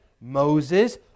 Moses